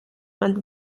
man